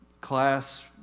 class